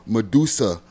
Medusa